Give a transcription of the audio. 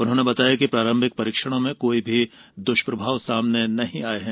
उन्होंने बताया कि प्रारंभिक परीक्षणों में कोई दुष्प्रभाव सामने नहीं आये है